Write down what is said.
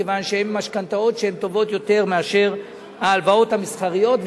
מכיוון שהן משכנתאות טובות יותר מאשר ההלוואות המסחריות,